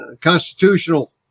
constitutional